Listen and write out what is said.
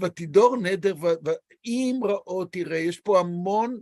ותידור נדר, ואם ראו, תראה, יש פה המון...